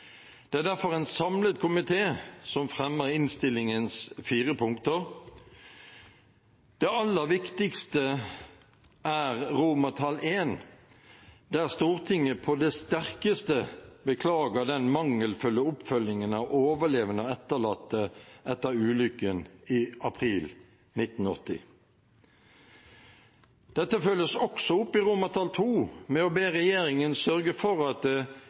Det er derfor en samlet komité som fremmer innstillingens fire forslag til vedtak. Det aller viktigste er I, der Stortinget på det sterkeste beklager den mangelfulle oppfølgingen av overlevende og etterlatte etter ulykken i april 1980. Dette følges også opp i II, ved å be regjeringen sørge for at